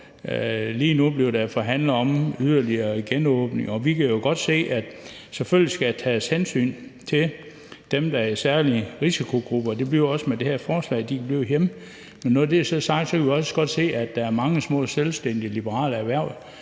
Lige nu bliver der forhandlet om yderligere genåbning, og vi kan jo godt se, at der selvfølgelig skal tages hensyn til dem, der er i særlige risikogrupper, og det bliver der også med det her forslag, for de kan blive hjemme. Men når det så er sagt, kan vi også godt se, at der er mange små selvstændige liberale erhverv,